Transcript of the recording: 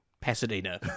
Pasadena